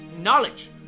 knowledge